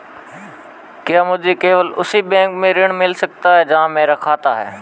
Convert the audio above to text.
क्या मुझे केवल उसी बैंक से ऋण मिल सकता है जहां मेरा खाता है?